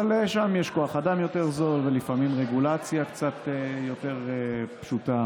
אבל שם יש כוח אדם יותר זול ולפעמים רגולציה קצת יותר פשוטה,